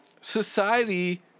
society